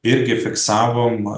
irgi fiksavom